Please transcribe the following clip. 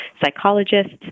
psychologists